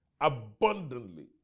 abundantly